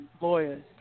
lawyers